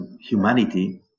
humanity